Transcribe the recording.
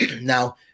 Now